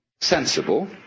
sensible